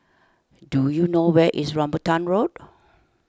do you know where is Rambutan Road